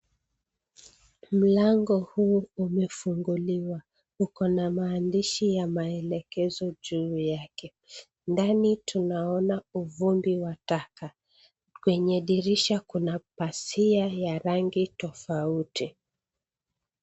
Mlango huu umefunguliwa uko na maandishi ya maelekezo juu yake. Ndani tunaona uvumbi wa taka, kwenye dirisha kuna pazia ya rangi tofauti.